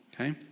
okay